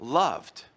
loved